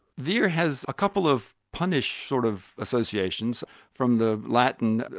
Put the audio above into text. vere has a couple of punish sort of associations from the latin,